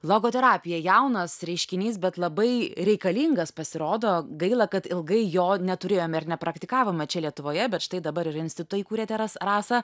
logoterapija jaunas reiškinys bet labai reikalingas pasirodo gaila kad ilgai jo neturėjome ir nepraktikavome čia lietuvoje bet štai dabar ir institutą įkūrėte rasą